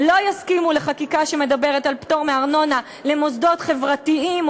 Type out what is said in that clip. לא יסכימו לחקיקה שמדברת על פטור מארנונה למוסדות חברתיים,